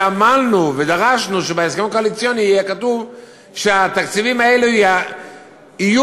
שעמלנו ודרשנו שבהסכם הקואליציוני יהיה כתוב שהתקציבים האלו יהיו